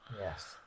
Yes